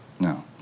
no